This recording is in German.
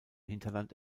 hinterland